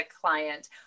client